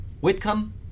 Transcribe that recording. Whitcomb